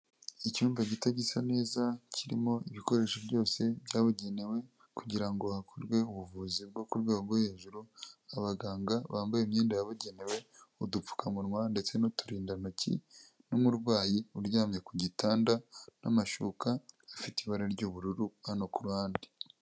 Icyumba gito gisa neza, kirimo ibikoresho byose byabugenewe kugira ngo hakorwe ubuvuzi bwo ku rwego rwo hejuru, abaganga bambaye imyenda yabugenewe, udupfukamunwa ndetse n'uturindantoki, n'umurwayi uryamye ku gitanda, n'amashuka afite ibara ry'ubururu hano ku ruhande.